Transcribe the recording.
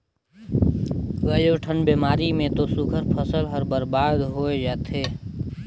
कयोठन बेमारी मे तो सुग्घर फसल हर बरबाद होय जाथे